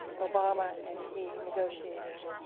obama and he negotiating,